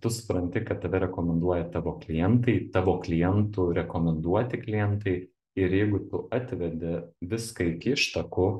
tai tu supranti kad tave rekomenduoja tavo klientai tavo klientų rekomenduoti klientai ir jeigu tu atvedi viską iki ištakų